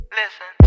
listen